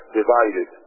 divided